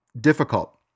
difficult